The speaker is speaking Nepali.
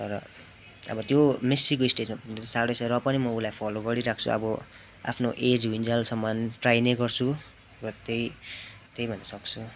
तर अब त्यो मेस्सीको स्टेजमा पुग्नु चाहिँ साह्रै छ र पनि म उसलाई फलो गरिरहेको छु अब आफ्नो एज हुइन्जेसलम्म ट्राई नै गर्छु र त्यही त्यही भन्न सक्छु